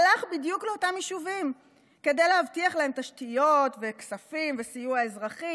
הלך בדיוק לאותם יישובים כדי להבטיח להם תשתיות וכספים וסיוע אזרחי.